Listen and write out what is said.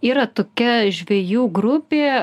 yra tokia žvejų grupė